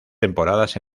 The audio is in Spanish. temporadas